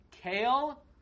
Kale